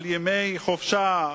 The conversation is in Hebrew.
על ימי חופשה?